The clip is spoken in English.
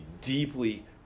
deeply